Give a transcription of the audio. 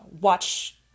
watch